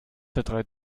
dieser